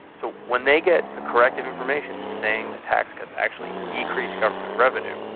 so when they get the corrective information saying that tax cuts actually decrease government revenue,